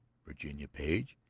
virginia page,